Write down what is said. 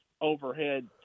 overhead